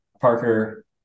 Parker